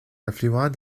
affluents